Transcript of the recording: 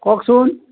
কওকচোন